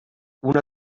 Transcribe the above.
una